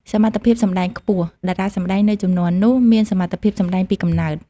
សមត្ថភាពសម្ដែងខ្ពស់ តារាសម្តែងនៅជំនាន់នោះមានសមត្ថភាពសម្ដែងពីកំណើត។